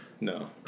No